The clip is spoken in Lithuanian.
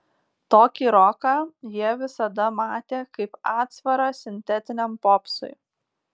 tokį roką jie visada matė kaip atsvarą sintetiniam popsui